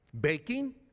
Baking